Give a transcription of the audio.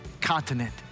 continent